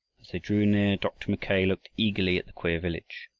as they drew near dr. mackay looked eagerly at the queer village.